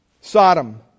Sodom